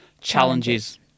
Challenges